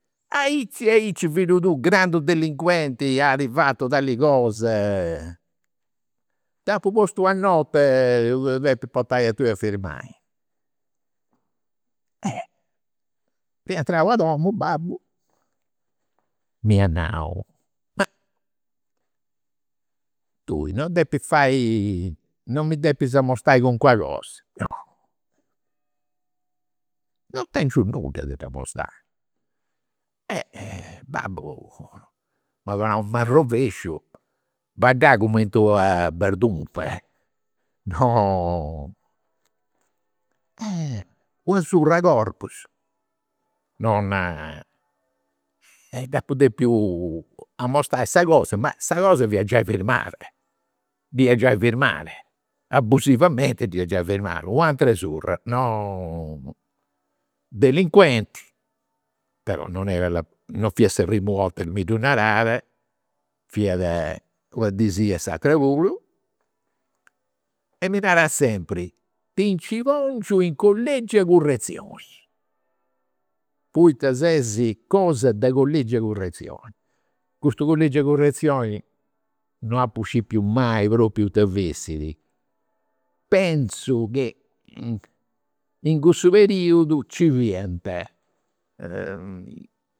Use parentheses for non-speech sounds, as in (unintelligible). Aici e aici, fillu tuu, grandu delinquenti, at fatu tali cosa, (unintelligible) postu una nota dda depit portai a tui a firmai. Rientrau a domu babbu m'iat nau, ma tui non depis fai, non mi depis amostai calincuna cosa. No, non tengiu nudda de dd'amostai. Eh babbu m'at donau un manrovesciu, baddau cumenti una bardunfa, non. (hesitation) Una surr'e corpus non (hesitation) e dd'apu depiu amostai sa cosa, ma sa cosa fiat giai firmada, dd'ia giai firmada, abusivamente dd'ia giai firmada. U' atera surra, non, delinquenti, però non era, non fiat sa primu 'orta chi mi ddu narat. Fiat una dì sì e s'atera puru e mi narat sempri, ti nci (unintelligible) in collegiu 'e currezioni. Poita ses cosa de collegiu 'e currezioni. Custu collegiu 'e currezioni non apu scipiu mai propriu ita fessit. Penzu chi in cussu periudu nci fiant (hesitation)